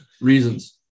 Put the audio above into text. Reasons